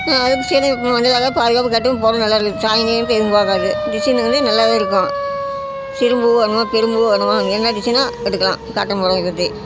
அது சரி மஞ்சள் ஆகாம பாதுகாப்பாக கட்டுவேன் புடவ நல்லா இருக்குது சாயம் கீயன்ட்டு எதுவும் போகாது டிசைன் வந்து நல்லாவே இருக்கும் சிறு பூ வேணுமா பெரும் பூ வேணுமா அங்கே என்ன டிசைனோ எடுத்துக்கலாம் காட்டன் புடவ கட்டி